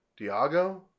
Diago